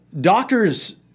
doctors